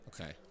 Okay